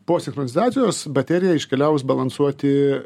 po sinchronizacijos baterija iškeliaus balansuoti